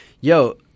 yo